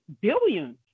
billions